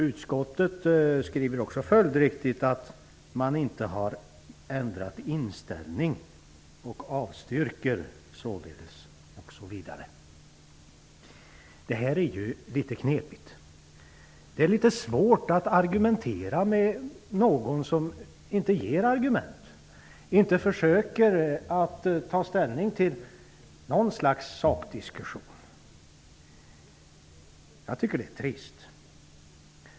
Utskottet skriver också följdriktigt att man inte har ändrat inställning, och avstyrker således en avgift. Detta är litet knepigt. Det är litet svårt att argumentera med någon som inte ger argument och inte försöker att ta ställning till någon slags sakdiskussion. Jag tycker att det är trist.